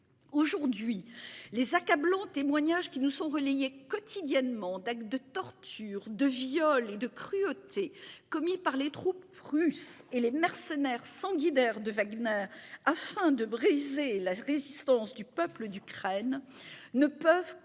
Aujourd'hui les accablant témoignage qui nous sont relayées quotidiennement d'actes de torture, de viols et de cruauté commis par les troupes russes et les mercenaires sanguinaire de Wagner afin de briser la résistance du peuple d'Ukraine ne peuvent que